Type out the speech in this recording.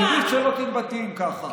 אני רוצה להגיד שלא מתבטאים ככה.